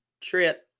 trip